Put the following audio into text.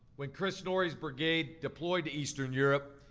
when chris norrie's brigade deployed to eastern europe,